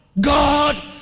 god